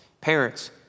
parents